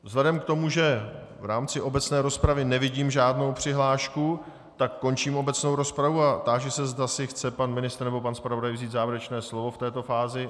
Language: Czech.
Vzhledem k tomu, že v rámci obecné rozpravy nevidím žádnou přihlášku, tak končím obecnou rozpravu a táži se, zda si chce pan ministr nebo pan zpravodaj vzít závěrečné slovo v této fázi.